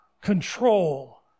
control